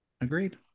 Agreed